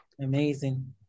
Amazing